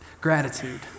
Gratitude